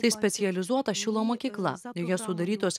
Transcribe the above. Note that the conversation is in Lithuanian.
tai specializuota šilo mokykla ir joj sudarytos